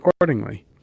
accordingly